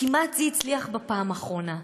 זה כמעט הצליח בפעם האחרונה,